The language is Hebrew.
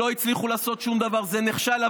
לא הצליחו לעשות שום דבר, זה נכשל.